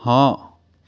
ਹਾਂ